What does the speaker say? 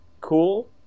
cool